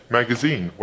magazine